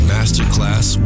Masterclass